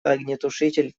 огнетушитель